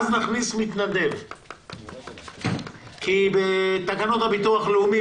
אז נכניס מתנדב כי בתקנות הביטוח הלאומי,